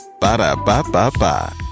Ba-da-ba-ba-ba